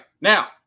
Now